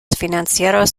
financieros